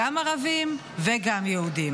גם ערביים וגם יהודיים.